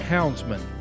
Houndsman